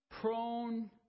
prone